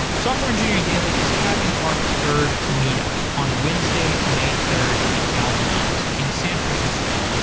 software engineering daily is having our third meet up on wednesday, may third at galvanize in san francisco.